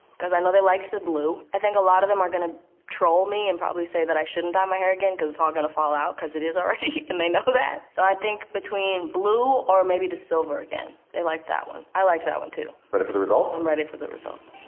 cause i know they liked the blue. i think a lot of them are gonna troll me and probably say that i shouldn't dye my hair again cause it's all gonna fall out, cause it is already and they know that. so i think between blue or maybe the silver again. they liked that one. i liked that one, too. but ready for the results? i'm ready for the results.